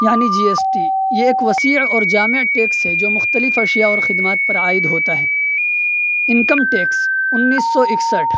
یعنی G S T یہ ایک وسیع اور جامع ٹیکس ہے جو مختلف اشیاء اور خدمات پر عائد ہوتا ہے انکم ٹیکس انیس سو اکسٹھ